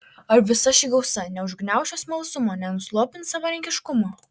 ar visa ši gausa neužgniauš jo smalsumo nenuslopins savarankiškumo